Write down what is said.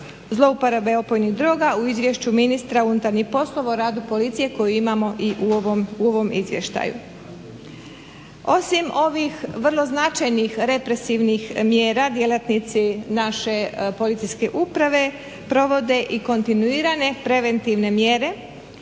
zlouporabe opojnih droga u Izvješću ministra unutarnjih poslova o radu policije koju imamo i u ovom Izvještaju. Osim ovih vrlo značajnih represivnih mjera djelatnici naše policijske uprave provode i kontinuirane preventivne mjere